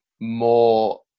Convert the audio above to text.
more